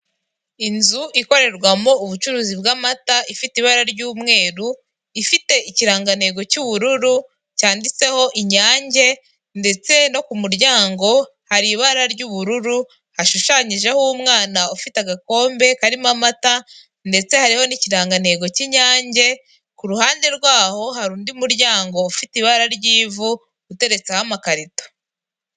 Inzu ikorerwamo ubucuruzi bw'amata ifite ibara ry'umweru, ifite ikiranga ntego cy'ubururu, cyanditseho inyange ndetse no kumuryango hari ibara ry'ubururu hashushanyijeho umwana ufite agakombe karimo amata, ndetse hariho n'ikirangantego k'inyange kuruhande rwaho hari undi muryango ufite ibara ry'ivu uteretseho amakarito.